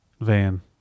Van